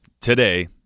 today